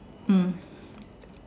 mm